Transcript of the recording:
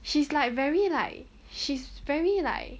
she's like very like she's very like